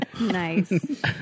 Nice